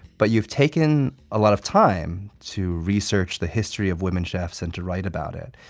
but you've taken a lot of time to research the history of women chefs and to write about it.